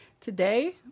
Today